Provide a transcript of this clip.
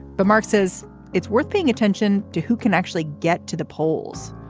but mark says it's worth paying attention to who can actually get to the polls.